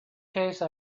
case